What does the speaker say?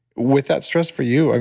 with that stress for you, i